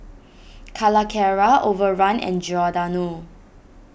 Calacara Overrun and Giordano